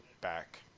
back